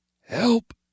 help